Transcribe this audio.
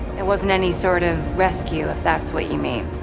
it wasn't any sort of rescue if that's what you mean.